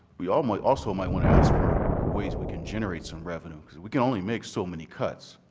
we um we also might want to ask for ways we can generate some revenue cause we can only make so many cuts.